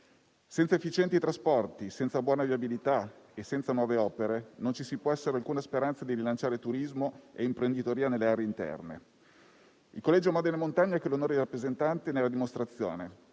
Senza efficienti trasporti, senza buona viabilità e senza nuove opere non ci può essere alcuna speranza di rilanciare il turismo e l'imprenditoria nelle aree interne. Il collegio Modena e Montagna, che ho l'onore di rappresentare, ne è la dimostrazione.